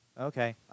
Okay